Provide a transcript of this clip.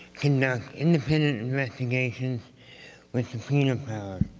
conduct independent investigations with subpoena power